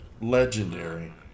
legendary